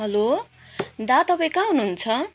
hello दा तपाईँ कहाँ हुनुहुन्छ